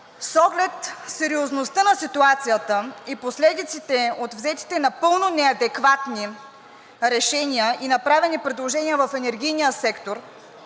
С оглед сериозността на ситуацията и последиците от взетите напълно неадекватни решения и направени предложения в енергийния сектор,